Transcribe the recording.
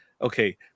okay